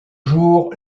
jours